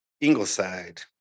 Ingleside